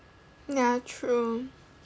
ya true